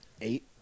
eight